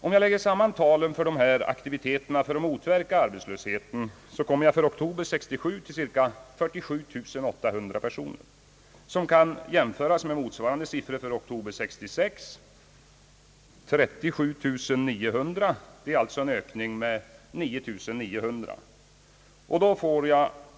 Om jag lägger samman talen för dessa aktiviteter för att motverka arbetslösheten kommer jag för oktober 1967 fram till cirka 47800 personer. Den siffran kan jämföras med motsvarande siffra för oktober 1966 eller 37 900. Det innebär alltså en ökning med 9 900.